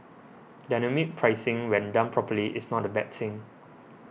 dynamic pricing when done properly is not a bad thing